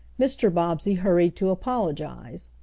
mr. bobbsey hurried to apologize.